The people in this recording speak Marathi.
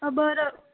बरं